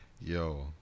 yo